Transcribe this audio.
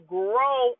grow